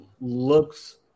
looks